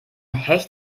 hecht